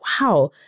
wow